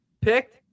picked